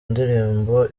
ndirimbo